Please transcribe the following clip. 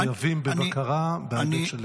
חייבים בבקרה בהיבט של --- כן.